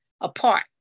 apart